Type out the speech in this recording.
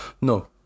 no